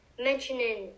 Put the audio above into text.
mentioning